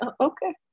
okay